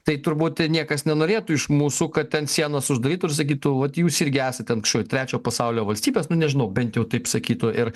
tai turbūt niekas nenorėtų iš mūsų kad ten sienas uždarytų ir sakytų vat jūs irgi esat ten kažkokio trečio pasaulio valstybės nu nežinau bent jau taip sakytų ir